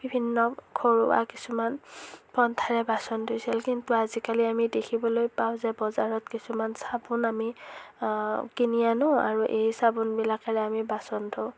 বিভিন্ন ঘৰুৱা কিছুমান পন্থাৰে বাচন ধুইছিল কিন্তু আজিকালি আমি দেখিবলৈ পাওঁ যে বজাৰত কিছুমান চাবোন আমি কিনি আনো আৰু এই চাবোনবিলাকেৰে আমি বাচন ধুওঁ